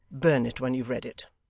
burn it when you've read it